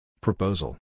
Proposal